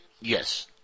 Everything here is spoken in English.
Yes